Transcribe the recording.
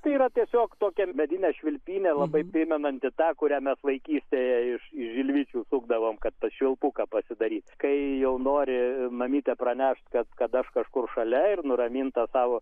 tai yra tiesiog tokia medinė švilpynė labai primenanti tą kurią mes vaikystėje iš iš žilvičių sukdavom kad tą švilpuką pasidaryt kai jau nori mamytė pranešti kad kad aš kažkur šalia ir nuramint tą savo